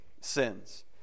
sins